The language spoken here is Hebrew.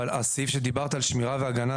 אבל הסעיף שדיברת על שמירה והגנה,